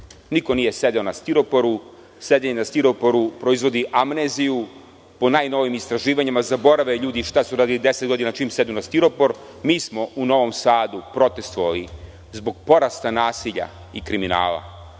Niko nije sedo na stiroporu. Sedenje na stiroporu, proizvodi amneziju po najnovijim istraživanjima zaborave ljudi šta su radili 10 godina čim sednu na stiropor. Mi smo u Novom Sadu protestovali zbog porasta nasilja i kriminala